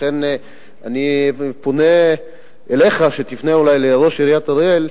לכן אני פונה אליך שתפנה אולי לראש עיריית אריאל,